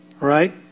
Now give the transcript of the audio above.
Right